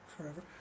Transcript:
forever